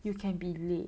you can be late